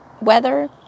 weather